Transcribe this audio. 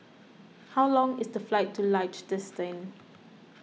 how long is the flight to Liechtenstein